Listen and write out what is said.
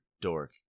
dork